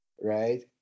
right